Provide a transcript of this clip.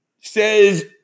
says